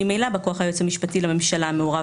ממילא בא-כוח היועץ המשפטי לממשלה מעורב